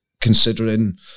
considering